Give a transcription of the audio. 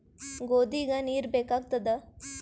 ಗೋಧಿಗ ನೀರ್ ಬೇಕಾಗತದ?